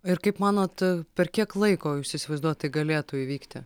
ir kaip manot per kiek laiko jūs įsivaizduojat tai galėtų įvykti